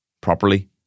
properly